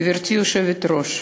גברתי היושבת-ראש,